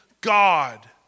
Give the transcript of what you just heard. God